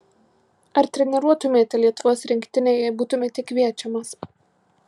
ar treniruotumėte lietuvos rinktinę jei būtumėte kviečiamas